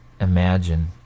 imagine